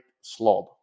slob